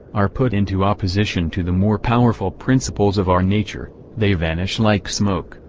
are put into opposition to the more powerful principles of our nature, they vanish like smoke,